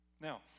Now